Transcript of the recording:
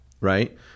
right